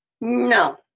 No